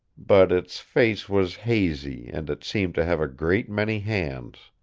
but its face was hazy and it seemed to have a great many hands.